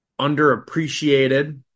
underappreciated